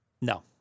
No